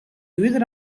duurder